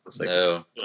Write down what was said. No